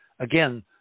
Again